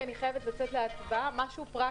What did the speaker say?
כי אני חייבת לצאת להצבעה משהו פרקטי: